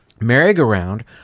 merry-go-round